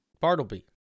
Bartleby